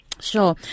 Sure